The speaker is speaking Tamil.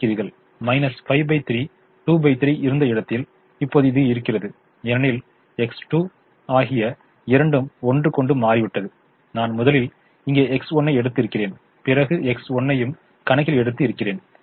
மைனஸ் 53 23 இருந்த இடத்தில் இப்போது இது இருக்கிறது ஏனெனில் X1 X2 ஆகிய இரண்டும் ஒன்றுக்கொன்று மாறிவிட்டது நான் முதலில் இங்கே X1 ஐ எடுத்து இருக்கிறேன் பிறகு X1 வையும் கணக்கில் எடுத்து இருக்கிறேன்